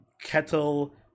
Kettle